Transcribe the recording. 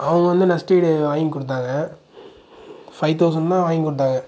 அவங்க வந்து நஷ்ட ஈடு வாங்கி கொடுத்தாங்க ஃபை தௌசண்ட் தான் வாங்கி கொடுத்தாங்க